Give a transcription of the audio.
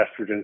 estrogen